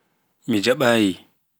mi jaɓaayi.